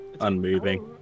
Unmoving